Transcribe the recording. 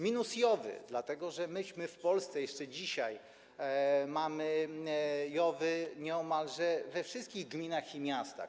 Minus JOW-y, dlatego że myśmy w Polsce jeszcze dzisiaj mamy JOW-y nieomalże we wszystkich gminach i miastach.